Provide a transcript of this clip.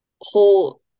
whole